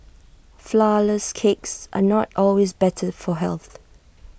Flourless Cakes are not always better for health